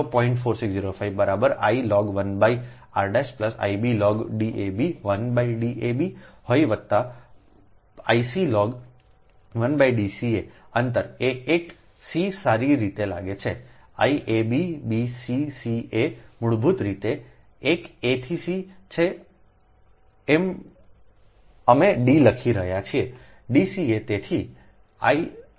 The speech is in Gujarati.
4605 બરાબર I log 1 r I b log D ab 1 D a b હોઈ વત્તા I c log 1 D ca અંતર એ એક c સારી રીતે લાગે છે I a b b c c a મૂળભૂત રીતે એક a થી c છે અમે D લખી રહ્યા છીએ